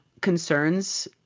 concerns